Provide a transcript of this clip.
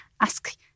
ask